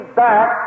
back